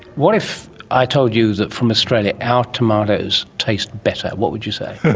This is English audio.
what if i told you that from australia our tomatoes taste better? what would you say?